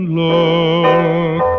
look